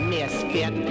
misfit